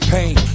Pain